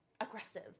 aggressive